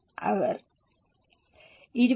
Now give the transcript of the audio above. അവർ 22000 ആണ്